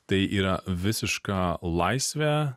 tai yra visiška laisvė